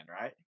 right